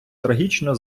трагічно